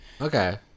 Okay